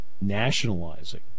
nationalizing